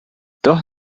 dos